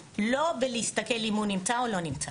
בלי להסתכל אם הוא נמצא או לא נמצא.